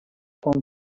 von